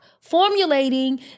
formulating